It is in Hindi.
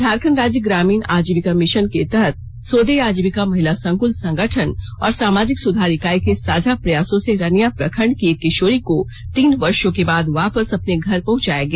झारखण्ड राज्य ग्रामीण आजीविका मिषन के तहत सोदे आजीविका महिला संकृल संगठन और सामाजिक सुधार इकाई के साझा प्रयासों से रनिया प्रखंड की एक किषोरी को तीन वर्षो के बाद वापस अपने घर पहुंचाया गया